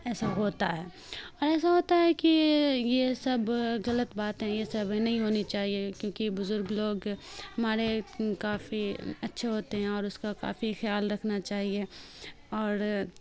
ایسا ہوتا ہے اور ایسا ہوتا ہے کہ یہ سب غلط باتیں ہیں یہ سب نہیں ہونی چاہیے کیونکہ بزرگ لوگ ہمارے کافی اچھے ہوتے ہیں اور اس کا کافی خیال رکھنا چاہیے اور